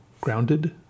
Grounded